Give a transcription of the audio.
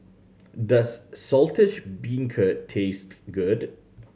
does Saltish Beancurd taste good